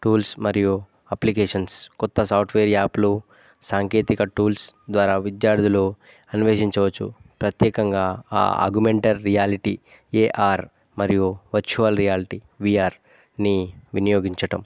tools మరియు applications కొత్త software యాప్లు సాంకేతిక టూల్స్ ద్వారా విద్యార్థులు అన్వేషించవచ్చు ప్రత్యేకంగా ఆ ఆగుమెంటెడ్ రియాలిటీ ఏఆర్ మరియు వర్చువల్ రియాలిటీ విఆర్ వినియోగించటం